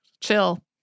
chill